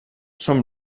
són